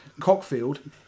Cockfield